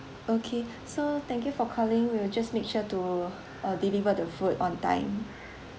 okay so thank you for calling we'll just make sure to uh deliver the food on time